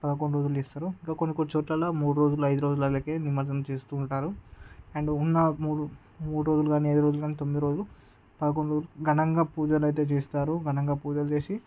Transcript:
పదకొండు రోజులు చేస్తారు ఇంకా కొన్ని కొన్ని చోట్లలో మూడు రోజులు ఐదు రోజులలకే నిమజ్జనం చేస్తూ ఉంటారు అండ్ ఉన్న మూడు మూడు రోజులు కాని ఐదు రోజులు కాని తొమ్మిది రోజులు పదకొండు ఘనంగా పూజలు అయితే చేస్తారు ఘనంగా పూజలు చేసి